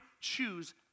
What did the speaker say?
choose